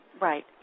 Right